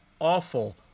awful